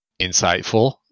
insightful